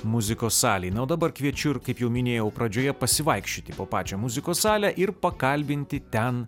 muzikos salėj na o dabar kviečiu ir kaip jau minėjau pradžioje pasivaikščioti po pačią muzikos salę ir pakalbinti ten